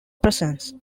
presence